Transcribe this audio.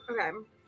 Okay